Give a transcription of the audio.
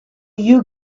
you